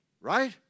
Right